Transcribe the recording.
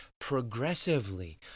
progressively